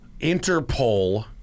Interpol